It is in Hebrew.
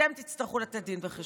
אתם תצטרכו לתת דין וחשבון.